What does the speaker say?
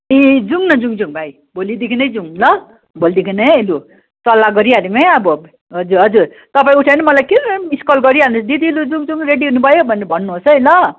ए जाउँ न जाउँ जाउँ भाइ भोलिदेखि नै जाउँ ल भोलिदेखि है लु सल्लाह गरिहालौँ है अब हजुर हजुर तपाईँ उठे भने मलाई क्रिङ्ग मिस्कल गरिहाल्नु दिदी लु जाउँ जाउँ रेडी हुनुभयो भन्नु भन्नुहोस् है ल